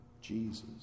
Jesus